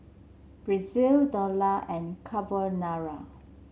Pretzel Dhokla and Carbonara